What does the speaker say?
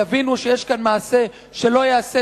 יבינו שיש כאן מעשה שלא ייעשה,